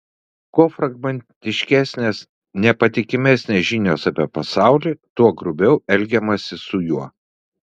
kuo fragmentiškesnės nepatikimesnės žinios apie pasaulį tuo grubiau elgiamasi su juo